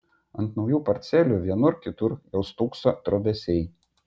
ant naujų parcelių vienur kitur jau stūkso trobesiai